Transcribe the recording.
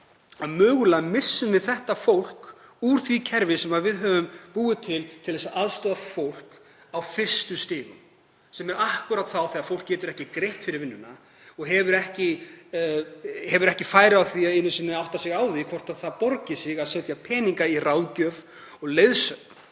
að mögulega missum við þetta fólk úr því kerfi sem við höfum búið til til þess að aðstoða fólk á fyrstu stigum. Það er akkúrat þá þegar fólk getur ekki greitt fyrir vinnuna og hefur ekki færi á því að átta sig einu sinni á því hvort það borgi sig að setja peninga í ráðgjöf og leiðsögn